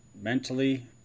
mentally